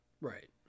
Right